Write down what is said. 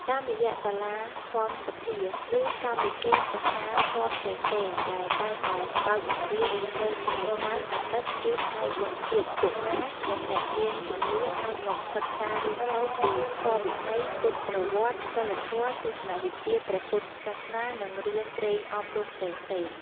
តាមរយៈសាលាធម្មសភា ឬកម្មវិធីសិក្សាធម៌ផ្សេងៗ ដែលតែងតែបើកបង្រៀននៅថ្ងៃសៅរ៍ អាទិត្យ ឬថ្ងៃបុណ្យជាតិ កុមារ និងអ្នកមានជំនឿអាចមកសិក្សារៀនសូត្រពីធម៌វិន័យ ពុទ្ធប្រវត្តិ សីលធម៌ ទស្សនៈវិជ្ជាព្រះពុទ្ធសាសនា និងរឿងព្រេងអប់រំផ្សេងៗ។